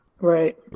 Right